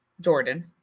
Jordan